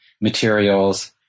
materials